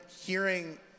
hearing